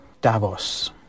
Davos